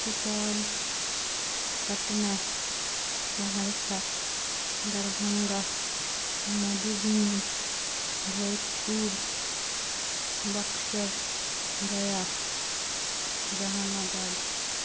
سپال پٹنہ سہرسہ دربھنگا مدھبنی بھوجپور بکشر گیا جہان آباد